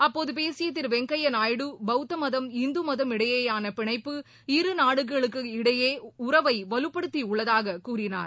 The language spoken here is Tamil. அப்போது பேசிய திரு வெங்கைய நாயுடு பௌத்த மதம் இந்து மதம் இடையேயான பிணைப்பு இரு நாடுகளுக்கு இடையே உறவை வலுப்படுத்தியுள்ளதாக கூறினார்